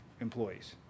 employees